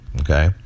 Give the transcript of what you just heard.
Okay